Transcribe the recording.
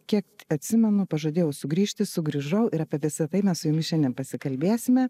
kiek atsimenu pažadėjau sugrįžti sugrįžau ir apie visa tai mes su jumis šiandien pasikalbėsime